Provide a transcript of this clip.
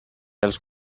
els